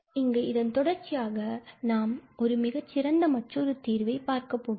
இங்கு இதன் தொடர்ச்சியாக நாம் ஒரு மிகச் சிறந்த மற்றொரு தீர்வை பார்க்கப்போகிறோம்